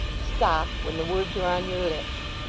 stop when the words are on your lips